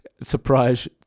surprise